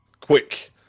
quick